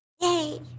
yay